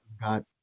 got